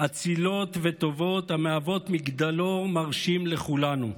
אצילות וטובות, המהוות מגדלור מרשים לכולנו.